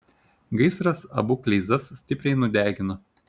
gaisras abu kleizas stipriai nudegino